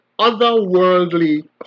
otherworldly